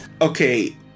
Okay